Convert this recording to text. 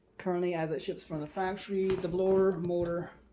currently, as it ships from the factory the blower motor